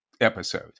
episode